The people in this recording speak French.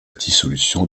dissolution